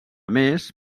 més